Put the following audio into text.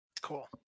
cool